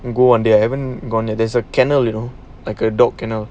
and go one day I haven't gone there there's a kennel you know like a dog kennel